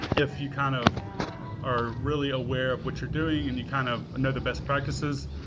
if you kind of are really aware of what you're doing and you kind of know the best practices.